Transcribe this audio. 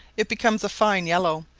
it becomes a fine yellow,